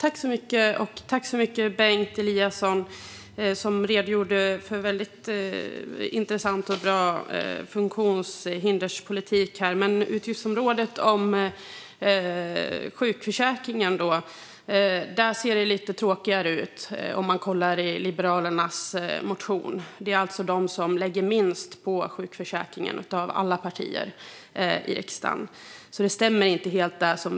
Fru talman! Bengt Eliasson redogjorde för väldigt bra och intressant funktionshinderspolitik här. Men om man ser till utgiftsområdet om sjukförsäkringen ser det lite tråkigare ut i Liberalernas motion. Liberalerna är alltså det parti som lägger minst på sjukförsäkringen av alla partier i riksdagen.